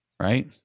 Right